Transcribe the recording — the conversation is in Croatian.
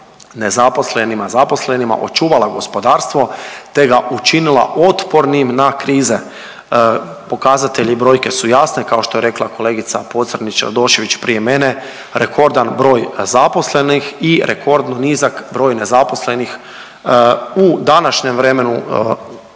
nezaposlenima, zaposlenima, očuvala gospodarstvo, te ga učinila otpornim na krize. Pokazatelji i brojke su jasne kao što je rekla kolegica Pocrnić Radošević prije mene, rekordan broj zaposlenih i rekordno nizak broj nezaposlenih u današnjem vremenu za